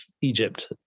egypt